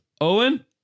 Owen